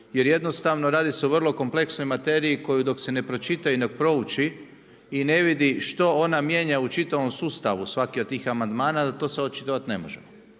jer jednostavno radi se o vrlo kompleksnoj materiji, koju dok se ne pročita i ne prouči, i ne vidi što ona mijenja u čitavom sustavu, svaki od tih amandmana, na to se očitovati ne možemo.